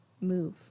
move